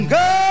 go